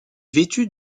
vêtue